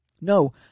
No